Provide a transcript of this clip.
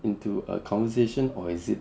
into a conversation or is it